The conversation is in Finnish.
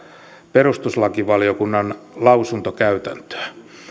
perustuslakivaliokunnan lausuntokäytäntöä